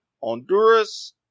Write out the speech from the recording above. Honduras